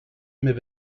mais